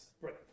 right